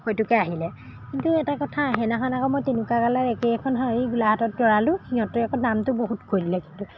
সৈটোকে আহিলে কিন্তু এটা কথা সেইদিনাখন আকৌ মই তেনেকুৱা কালাৰ একেই এখন শাৰি গোলাঘাটত দৰালো সিহঁতে আকৌ দামটো বহুত কৈ দিলে কিন্তু